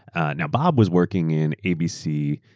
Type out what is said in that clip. now, bob was working in abc,